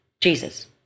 Jesus